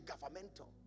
governmental